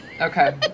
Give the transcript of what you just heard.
Okay